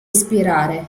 ispirare